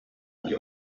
gli